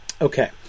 Okay